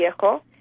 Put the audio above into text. Viejo